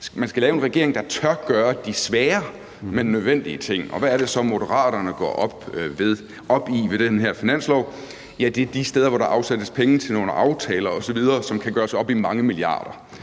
man skal have en regering, der tør gøre de svære, men nødvendige ting, og hvad er det så, Moderaterne går op i ved den her finanslov? Ja, det er de steder, hvor der afsættes penge til nogle aftaler osv., som kan gøres op i mange milliarder,